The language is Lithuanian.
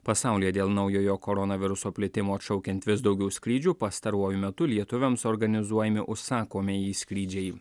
pasaulyje dėl naujojo koronaviruso plitimo atšaukiant vis daugiau skrydžių pastaruoju metu lietuviams organizuojami užsakomieji skrydžiai